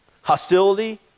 hostility